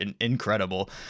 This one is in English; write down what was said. incredible